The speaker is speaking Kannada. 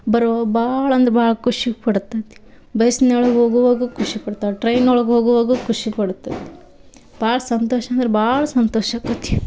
ಬರೋ ಭಾಳಂದ್ರೆ ಭಾಳ ಖುಷಿ ಕೊಡತತಿ ಬಸ್ನೊಳ್ಗೆ ಹೋಗುವಾಗ ಖುಷಿಕೊಡ್ತಾಳೆ ಟ್ರೈನ್ ಒಳ್ಗೆ ಹೋಗುವಾಗ ಖುಷಿ ಕೊಡುತ್ತದೆ ಭಾಳ ಸಂತೋಷ ಅಂದ್ರೆ ಭಾಳ ಸಂತೋಷ ಆಕ್ಕತಿ